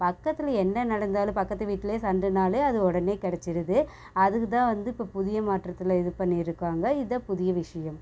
பக்கத்தில் என்ன நடந்தாலும் பக்கத்து வீட்டிலே சண்டைனாலே அது உடனே கிடச்சிடுது அதுக்கு தான் வந்து இப்போ புதியமாற்றத்தில் இது பண்ணியிருக்காங்க இதுதான் புதிய விஷயம்